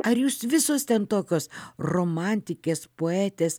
ar jūs visos ten tokios romantikės poetės